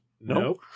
Nope